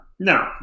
No